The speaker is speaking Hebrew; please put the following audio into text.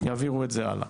יעבירו את זה הלאה.